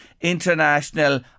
international